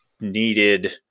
needed